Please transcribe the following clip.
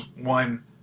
one